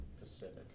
Pacific